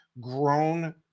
grown